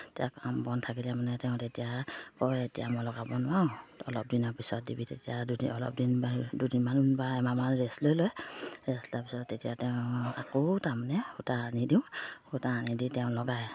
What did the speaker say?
এতিয়া কাম বন থাকিলে মানে তেওঁ তেতিয়া কয় এতিয়া মই লগাব নোৱাৰো অলপ দিনৰ পিছত দিবি তেতিয়া দুদিন অলপ দিন দুদিনমান বা এমাহমান ৰেষ্ট লৈ লয় ৰেষ্ট লোৱা পিছত তেতিয়া তেওঁ আকৌ তাৰমানে সূতা আনি দিওঁ সূতা আনি দি তেওঁ লগাই